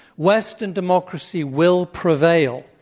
western democracy will prevail.